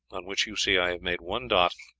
on which you see i have made one dot,